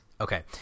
Okay